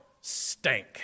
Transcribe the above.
stank